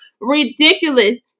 ridiculous